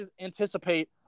anticipate